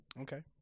okay